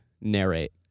narrate